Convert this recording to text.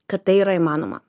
kad tai yra įmanoma